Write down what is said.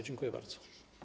Dziękuję bardzo.